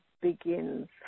begins